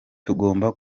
tugomba